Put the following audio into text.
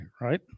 right